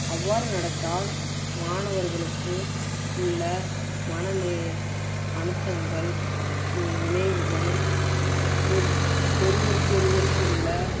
அவ்வாறு நடத்தால் மாணவர்களுக்கு உள்ள மனநே அழுத்தங்கள் நினைவுகள் ஒரு ஒருவருக்கு ஒருவருக்கு உள்ள